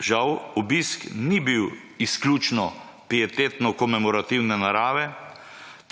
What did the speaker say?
Žal obisk ni bil izključno pietetno komemorativna narave,